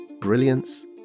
brilliance